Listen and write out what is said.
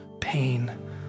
pain